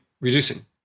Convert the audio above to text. reducing